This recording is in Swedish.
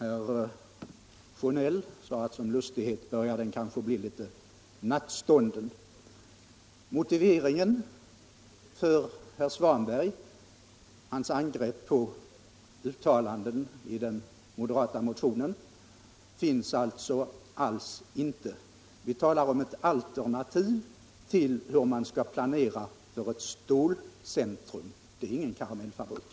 Herr Sjönell antydde att det som lustighet börjar bli litet nattståndet. Någon motivering för herr Svanbergs angrepp mot uttalanden i den moderata motionen finns således alls inte. Vi talar om ett alternativ till den nuvarande uppläggningen av planeringen för ett stålcentrum. Det är ingen karamellfabrik.